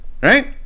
Right